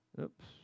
Oops